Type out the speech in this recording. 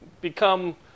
become